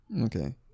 Okay